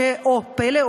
שפלא,